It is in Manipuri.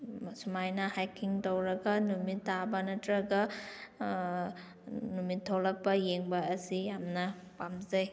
ꯁꯨꯃꯥꯏꯅ ꯍꯥꯏꯀꯤꯡ ꯇꯧꯔꯒ ꯅꯨꯃꯤꯠ ꯇꯥꯕ ꯅꯠꯇ꯭ꯔꯒ ꯅꯨꯃꯤꯠ ꯊꯣꯛꯂꯛꯄ ꯌꯦꯡꯕ ꯑꯁꯤ ꯌꯥꯝꯅ ꯄꯥꯝꯖꯩ